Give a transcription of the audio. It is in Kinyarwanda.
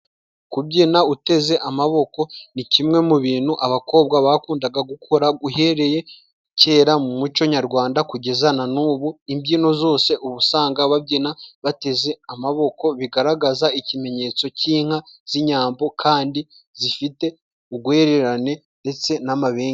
Kubyina uteze amaboko ni kimwe mu binu abakobwa bakundaga gukora uhereye kera, mu muco nyarwanda kugeza na n'ubu, imbyino zose ubu usanga babyina bateze amaboko bigaragaza ikimenyetso cy'inka z'inyambo kandi zifite ugwererane ndetse n'amabengeza.